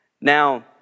Now